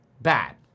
bad